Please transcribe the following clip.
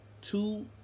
two